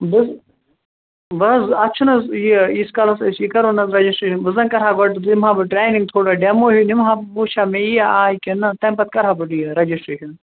بہٕ بہٕ حظ اَتھ چھُناہ حظ یہِ یِیٖتِس کالس أسۍ یہِ کَرو نا حظ رَجسٹریشن بہٕ زن کَرٕہا گۄڈٕ نِمہٕ ہا بہٕ ٹرینِنٛگ تھوڑا ڈٮ۪مو ہیٛوٗ نِمہٕ ہا بہٕ بہٕ وُچھٕ ہا مےٚ یِیا آے کِنہٕ نہٕ تَمہِ پتہٕ کَرٕہا بہٕ یہِ رجسٹریشن